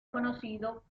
conocido